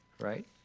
right